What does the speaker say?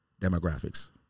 demographics